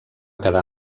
quedar